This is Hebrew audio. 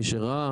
מי שראה,